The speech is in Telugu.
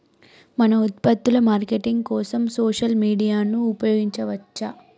మన ఉత్పత్తుల మార్కెటింగ్ కోసం సోషల్ మీడియాను ఉపయోగించవచ్చా?